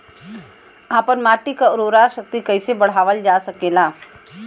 आपन माटी क उर्वरा शक्ति कइसे बढ़ावल जा सकेला?